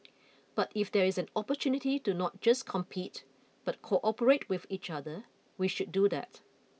but if there is an opportunity to not just compete but cooperate with each other we should do that